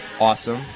Awesome